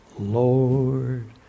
Lord